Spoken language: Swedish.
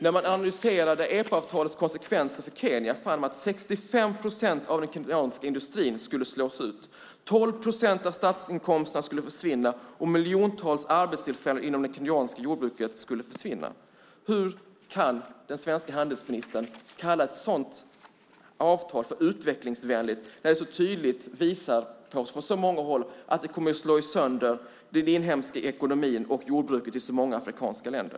När man analyserar EPA:s konsekvenser för Kenya fann man att 65 procent av den kenyanska industrin skulle slås ut, 12 procent av statsinkomsterna skulle försvinna och miljontals arbetstillfällen inom det kenyanska jordbruket skulle försvinna. Hur kan den svenska handelsministern kalla ett sådant avtal för utvecklingsvänligt när det så tydligt visar att det på många håll kommer att slå sönder den inhemska ekonomin och jordbruket i så många afrikanska länder?